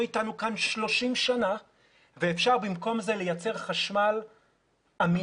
אתנו כאן 30 שנים ואפשר במקום זה לייצר חשמל אמין,